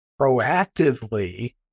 proactively